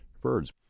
birds